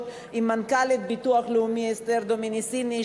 עם מנכ"לית המוסד לביטוח לאומי אסתר דומיניסיני,